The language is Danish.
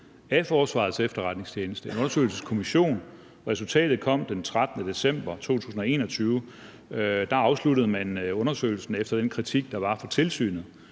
af Forsvarets Efterretningstjeneste. Det var en undersøgelseskommission, og resultatet kom den 13. december 2021. Der afsluttede man undersøgelsen efter den kritik, der var fra tilsynet.